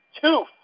two